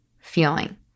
feeling